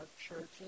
churches